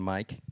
Mike